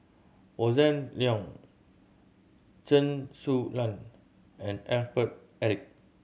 Hossan Leong Chen Su Lan and Alfred Eric